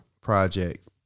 project